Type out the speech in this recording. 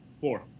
Four